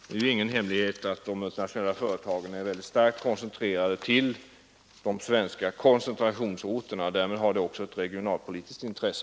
Det är ju ingen hemlighet att de multinationella företagen finns främst i våra koncentrationsorter, och därmed har de också ett regionalpolitiskt intresse.